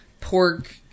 pork